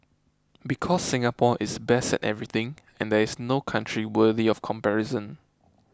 because Singapore is best at everything and there is no country worthy of comparison